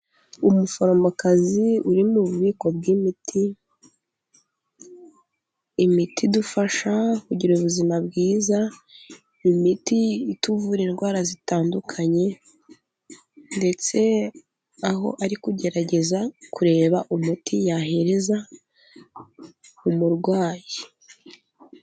Umuforomokazi uri mu bubiko bw'imiti, imiti idufasha kugira ubuzima bwiza, imiti ituvura indwara zitandukanye, ndetse aho ari kugerageza kureba umuti yahereza umurwayi.